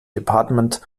departements